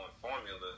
formula